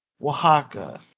Oaxaca